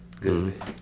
Good